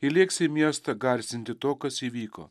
ji lėks į miestą garsinti to kas įvyko